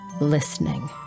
listening